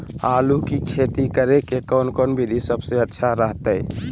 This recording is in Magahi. आलू की खेती करें के कौन कौन विधि सबसे अच्छा रहतय?